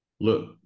look